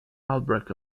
outbreak